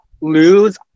lose